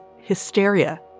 hysteria